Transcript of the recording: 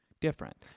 different